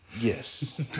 Yes